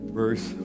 verse